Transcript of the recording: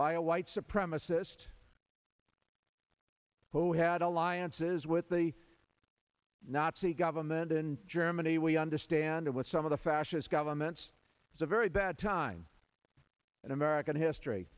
by a white supremacist who had alliances with the nazi government in germany we understand what some of the fascist governments it's a very bad time in american history